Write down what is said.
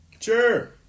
Sure